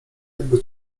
jakby